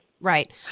Right